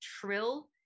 trill